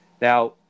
Now